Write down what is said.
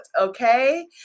okay